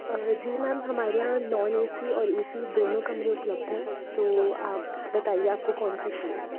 जी ma'am हमारे यहाँ non A C और ए सी दोनों कमरे उपलब्ध हैं तो आप बताइए आपको कौन सा चाहिए